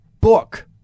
book